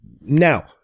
Now